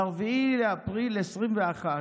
ב-4 באפריל 21,